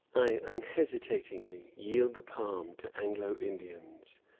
i unhesitatingly yield the palm to anglo-indians.